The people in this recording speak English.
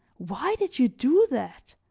why did you do that?